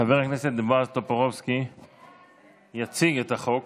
חבר הכנסת בועז טופורובסקי יציג את החוק,